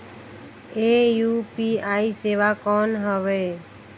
ये यू.पी.आई सेवा कौन हवे?